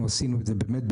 אנחנו עשינו את זה בבית-שמש,